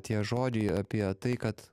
tie žodžiai apie tai kad